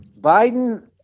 Biden